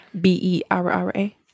B-E-R-R-A